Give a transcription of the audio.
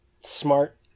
smart